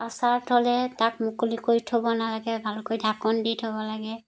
আচাৰ থ'লে তাক মুকলিকৈ থ'ব নালাগে ভালকৈ ঢাকন দি থ'ব লাগে